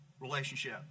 relationship